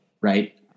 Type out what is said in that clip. right